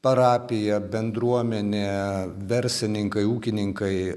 parapija bendruomenė verslininkai ūkininkai